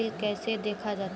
Bill कैसे देखा जाता हैं?